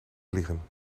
vliegen